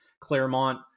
Claremont